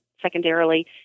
secondarily